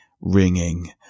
ringing